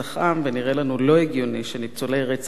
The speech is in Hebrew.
ונראה לנו לא הגיוני שניצולי רצח-עם,